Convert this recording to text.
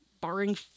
barring